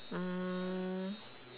mm